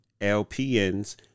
LPNs